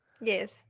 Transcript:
Yes